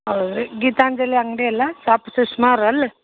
ಹೌದು ರೀ ಗೀತಾಂಜಲಿ ಅಂಗಡಿ ಅಲ್ಲ ಶಾಪ್ ಸುಷ್ಮಾ ಅವ್ರಲ್ವ